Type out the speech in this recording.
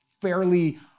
fairly